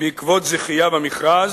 בעקבות זכייה במכרז,